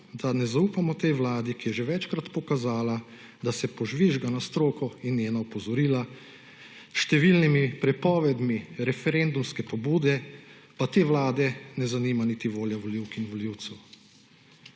da ne zaupamo tej vladi, ki je že večkrat pokazala, da se požvižga na stroko in njena opozorila, s številnimi prepovedmi referendumske pobude pa te vlade ne zanima niti volja volivk in volivcev.